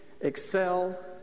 excel